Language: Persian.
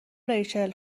ریچل